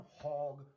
hog